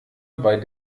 bei